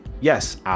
Yes